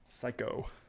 Psycho